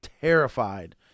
terrified